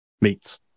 Meats